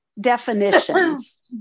definitions